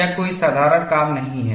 यह कोई साधारण काम नहीं है